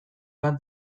bat